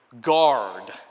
guard